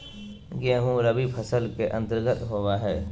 गेंहूँ रबी फसल के अंतर्गत आबो हय